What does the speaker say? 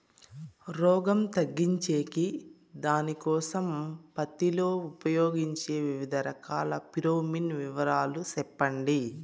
రోగం తగ్గించేకి దానికోసం పత్తి లో ఉపయోగించే వివిధ రకాల ఫిరోమిన్ వివరాలు సెప్పండి